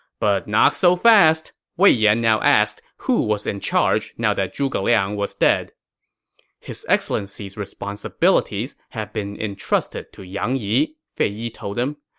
but not so fast. wei yan now asked who was in charge now that zhuge liang was dead his excellency's responsibilities have been entrusted to yang yi, fei yi told him.